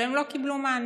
אבל הם לא קיבלו מענה.